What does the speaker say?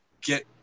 get